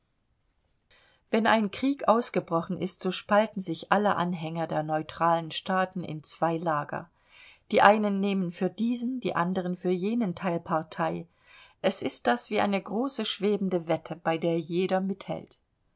wenn ein krieg ausgebrochen ist so spalten sich alle anhänger der neutralen staaten in zwei lager die einen nehmen für diesen die anderen für jenen teil partei es ist da wie eine große schwebende wette bei der jeder mithält